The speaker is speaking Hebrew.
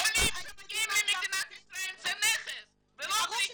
עולים שמגיעים למדינת ישראל זה נכס ולא פליטים.